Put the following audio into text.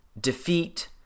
defeat